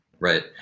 Right